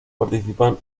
participan